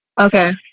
okay